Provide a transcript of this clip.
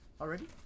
Already